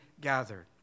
gathered